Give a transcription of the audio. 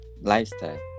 lifestyle